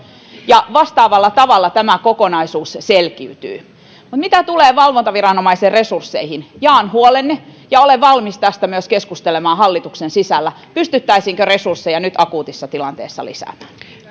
ja vastaavalla tavalla tämä kokonaisuus selkiytyy mitä tulee valvontaviranomaisen resursseihin jaan huolenne ja olen valmis tästä myös keskustelemaan hallituksen sisällä pystyttäisiinkö resursseja nyt akuutissa tilanteessa